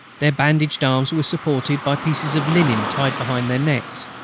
their bandaged arms were supported by pieces of linen tied behind their necks.